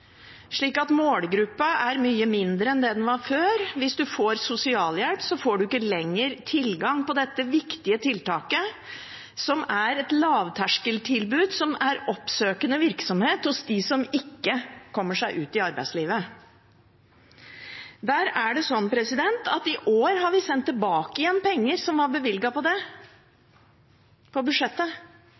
slik at målgruppen er mye mindre enn den var før. Hvis man får sosialhjelp, får man ikke lenger tilgang til dette viktige tiltaket, som er et lavterskeltilbud, og som er oppsøkende virksomhet hos dem som ikke kommer seg ut i arbeidslivet. Der er det sånn at i år har vi sendt tilbake penger som var bevilget til dette på budsjettet.